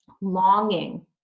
longing